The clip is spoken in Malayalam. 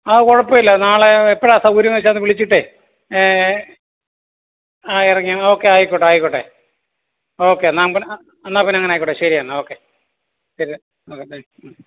ആ കുഴപ്പമില്ല നാളെ എപ്പോഴാണ് സൗകര്യമെന്ന് വെച്ചാൽ ഒന്ന് വിളിച്ചിട്ടെ ആ ഇറങ്ങിയ ഒക്കെ ആയിക്കോട്ടെ ആയിക്കോട്ടെ ഒക്കെ എന്നാപ്പിന്നെ എന്നാൽ പിന്നങ്ങനായിക്കോട്ടെ ശരി എന്നാൽ ശരീന്നാൽ ഒക്കെ ബൈ